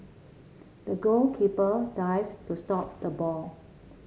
the goalkeeper dived to stop the ball